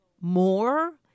more